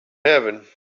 heaven